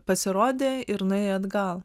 pasirodė ir nuėjo atgal